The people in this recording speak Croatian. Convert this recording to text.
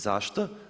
Zašto?